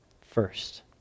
first